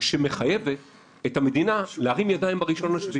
שמחייבת את המדינה להרים ידיים ב-1 ביולי.